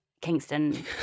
Kingston